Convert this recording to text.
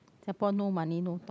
Singapore no money no talk